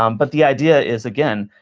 um but the idea is, again,